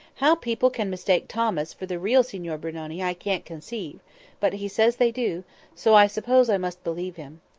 how people can mistake thomas for the real signor brunoni, i can't conceive but he says they do so i suppose i must believe him.